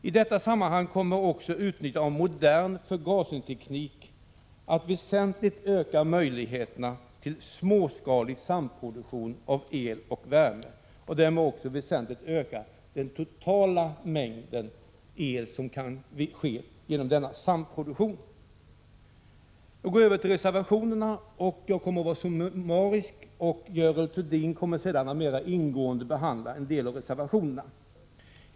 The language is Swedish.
I detta sammanhang kommer utnyttjandet av modern förgasningsteknik att väsentligt öka möjligheterna till småskalig samproduktion av el och värme och därmed också avsevärt öka den totala mängd el som kan utvinnas genom denna samproduktion. Jag går nu över till att summariskt tala om reservationerna. Görel Thurdin kommer sedan att mera ingående behandla en del av reservationerna.